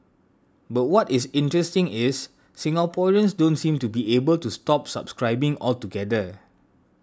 but what is interesting is Singaporeans don't seem to be able to stop subscribing altogether